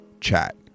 chat